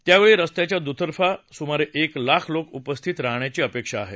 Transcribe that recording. यावेळी रस्त्याच्या दुतर्फा सुमारे एक लाख लोक उपस्थित राहण्याची अपेक्षा आहे